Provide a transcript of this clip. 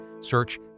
search